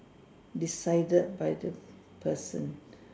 decided by the person